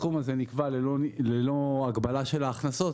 הסכום הזה נקבע ללא הגבלה של ההכנסות,